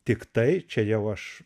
tiktai čia jau aš